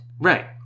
Right